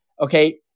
okay